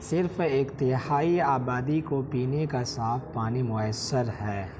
صرف ایک تہائی آبادی کو پینے کا صاف پانی میسر ہے